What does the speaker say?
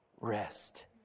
Rest